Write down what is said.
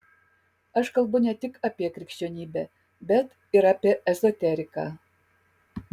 aš kalbu ne tik apie krikščionybę bet ir apie ezoteriką